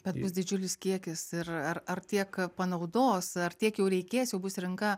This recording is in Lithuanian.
bet bus didžiulis kiekis ir ar ar tiek panaudos ar tiek jau reikės jau bus rinka